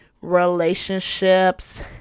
relationships